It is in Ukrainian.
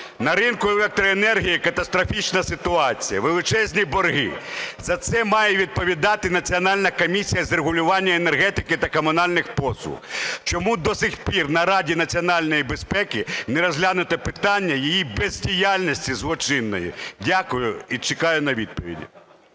На ринку електроенергії катастрофічна ситуація, величезні борги. За це має відповідати Національна комісія з регулювання енергетики та комунальних послуг. Чому до сих пір на Раді національної безпеки не розглянуте питання її бездіяльності злочинної? Дякую і чекаю на відповіді.